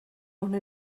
una